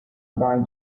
bye